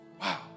wow